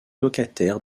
locataires